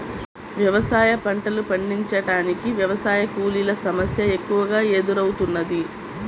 వ్యవసాయ పంటలు పండించటానికి వ్యవసాయ కూలీల సమస్య ఎక్కువగా ఎదురౌతున్నది